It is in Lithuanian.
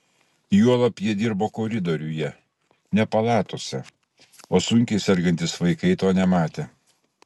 juolab jie dirbo koridoriuje ne palatose o sunkiai sergantys vaikai to nematė